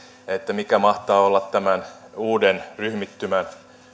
mikä mahtaa olla tämän uuden ryhmittymän